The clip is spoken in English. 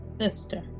sister